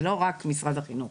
זה לא רק משרד החינוך.